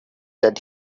that